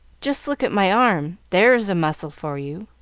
just look at my arm there's muscle for you!